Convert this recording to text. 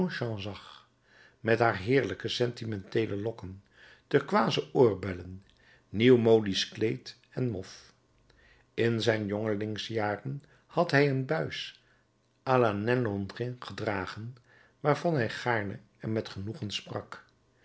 zag met haar heerlijke sentimenteele lokken turkooizen oorbellen nieuwmodisch kleed en mof in zijn jongelingsjaren had hij een buis à la nain londrin gedragen waarvan hij gaarne en met genoegen sprak